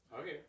Okay